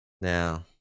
Now